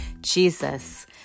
Jesus